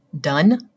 done